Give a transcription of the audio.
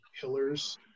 pillars